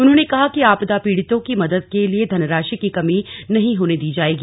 उन्होंने कहा कि आपदा पीड़ितों की मदद के लिये धनराशि की कमी नही होने दी जायेंगी